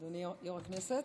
אדוני יו"ר הישיבה,